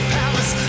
palace